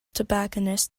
tobacconists